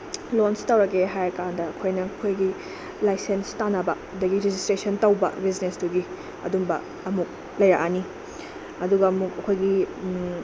loans ꯇꯧꯔꯒꯦ ꯍꯥꯏꯔꯀꯥꯟꯗ ꯑꯩꯈꯣꯏꯅ ꯑꯩꯈꯣꯏꯒꯤ ꯂꯥꯏꯁꯦꯟꯁ ꯇꯥꯟꯅꯕ ꯑꯗꯒꯤ ꯔꯦꯖꯤꯁꯇ꯭ꯔꯦꯁꯟ ꯇꯧꯕ ꯕꯤꯖꯤꯅꯦꯇꯨꯒꯤ ꯑꯗꯨꯝꯕ ꯑꯃꯨꯛ ꯂꯩꯔꯛꯑꯅꯤ ꯑꯗꯨꯒ ꯑꯃꯨꯛ ꯑꯩꯈꯣꯏꯒꯤ